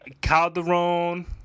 Calderon